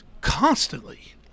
constantly